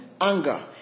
anger